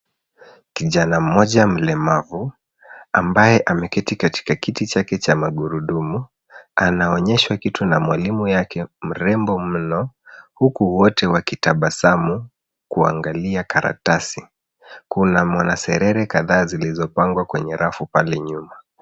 Kijana mmoja mlemavu ambaye ameketi katika kiti chake cha magurudumu anaonyeshwa kitu na mwalimu yake, mrembo mno huku wote wakitabasamu kuangalia karatasi. Kuna mwanaserere kadhaa zilizopangwa kwenye rafu pale nyuma .